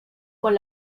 con